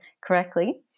correctly